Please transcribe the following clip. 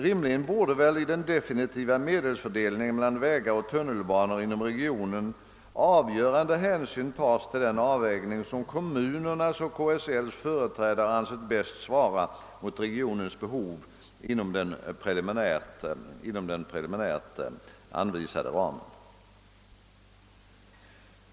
Rimligen borde väl i den definitiva medelsfördelningen mellan vägar och tunnelbanor inom regionen avgörande hänsyn tas till den avvägning som kommunerna och KSL ansett bäst svara mot regionens behov inom den preliminärt anvisade ramen.